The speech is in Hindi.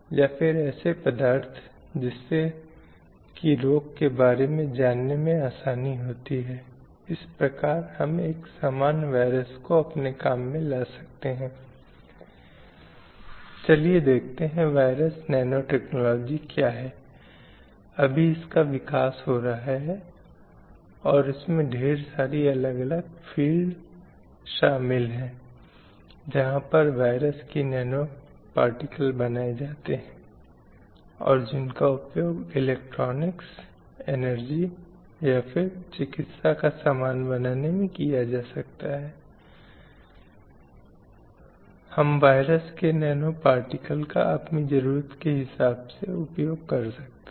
समकक्ष समूह और मीडिया ये भी लिंगवादी समाजीकरण की प्रक्रिया में एजेंट हैं समकक्ष समूह अक्सर लिंग अपेक्षाओं और लिंग भूमिकाओं के तथ्य पर और अधिक बाधा डालते हैं और इसलिए वे अपने उस बिंदु को आगे बढ़ाने की कोशिश करते हैं एक निश्चित तरीके से कुछ मानदंडों का पालन करने के लिए दूसरों पर व्यवहार करने के लिए मित्रवत दबाव बना सकते हैं